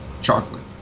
chocolate